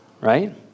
right